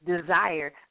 desire